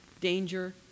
danger